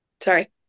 Sorry